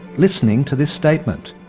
listening to this statement.